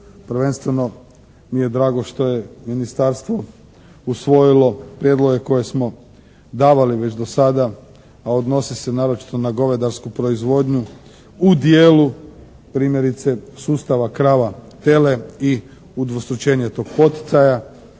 Prvenstveno mi je drago što je Ministarstvo usvojilo prijedloge koje smo davali već do sada, a odnosi se naročito na govedarsku proizvodnju u dijelu primjerice sustava krava, tele i udvostručenje tog poticaja